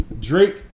Drake